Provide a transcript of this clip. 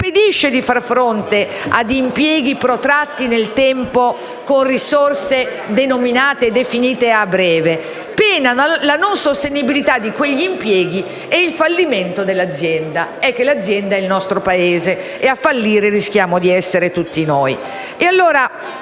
impedisce di far fronte a impieghi protratti nel tempo con risorse denominate e definite a breve, pena la non sostenibilità di quegli impieghi e il fallimento dell'azienda (ma l'azienda è il nostro Paese e a fallire rischiamo di essere tutti noi).